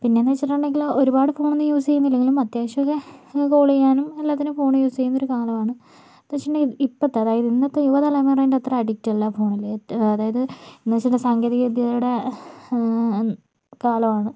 പിന്നെന്ന് വെച്ചിട്ടുണ്ടെങ്കിൽ ഒരുപാട് ഫോണൊന്നും യൂസ് ചെയ്യുന്നില്ലെങ്കിലും അത്യാവശ്യമൊക്കെ കോളെയ്യാനും എല്ലാത്തിനും ഫോൺ യൂസെയ്യുന്ന ഒരു കാലമാണ് ഇപ്പത്തെ അതായത് ഇന്നത്തെ യുവ തലമുറൻ്റെ അത്ര അഡിക്റ്റല്ലാ ഫോണിൽ ഏറ്റ അതായത് എന്നെച്ചാൽ സാങ്കേതിക വിദ്യയുടെ കാലമാണ്